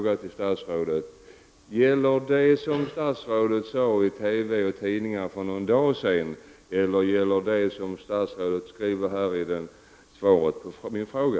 Gäller det som statsrådet sade i TV och tidningar för några dagar sedan, eller gäller det som statsrådet har skrivit i svaret på min fråga?